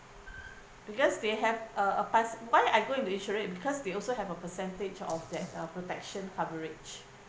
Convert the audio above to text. because they have a a past why I go into insurance because they also have a percentage of that uh protection coverage